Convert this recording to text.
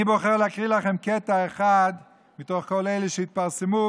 אני בוחר להקריא לכם קטע אחד מתוך כל אלה שהתפרסמו,